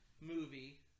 movie